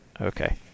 Okay